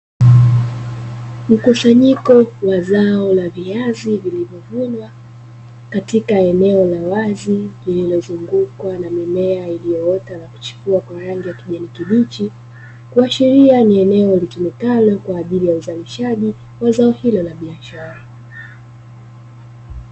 Mkusanyiko wa zao la viazi vilivyovunwa katika eneo la wazi lililozungukwa na mimea iliyoota na kuchipua kwa rangi ya kijani kibichi, kuashiria ni eneo litumikalo kwajili ya uzalishaji wa zao hilo la biashara.